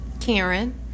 Karen